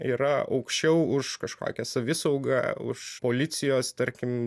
yra aukščiau už kažkokią savisaugą už policijos tarkim